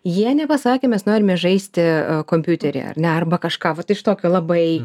jie nepasakė mes norime žaisti kompiuterį ar ne arba kažką vat iš tokio labai